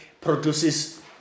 produces